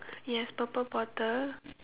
yes purple bottle